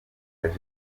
cyane